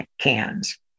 cans